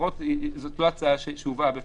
זאת לא הצעה שהובאה בפנינו.